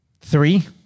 three